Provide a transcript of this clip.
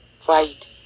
fight